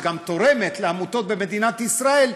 שגם תורמת לעמותות במדינת ישראל,